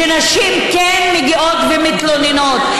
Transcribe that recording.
שנשים כן מגיעות ומתלוננות.